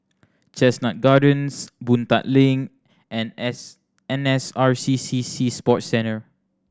Chestnut Gardens Boon Tat Link and S N S R C C Sea Sports Centre